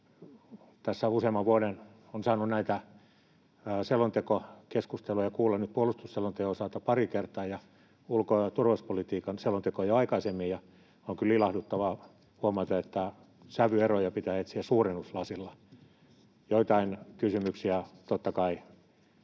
Tässä useamman vuoden on saanut näitä selontekokeskusteluja kuulla, nyt puolustusselonteon osalta pari kertaa ja ulko- ja turvallisuuspolitiikan selontekoja jo aikaisemmin, ja on kyllä ilahduttavaa huomata, että sävyeroja pitää etsiä suurennuslasilla. Joitain kysymyksiä totta kai